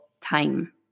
time